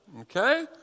Okay